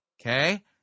Okay